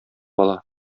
ала